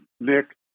Nick